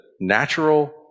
natural